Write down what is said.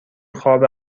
خواب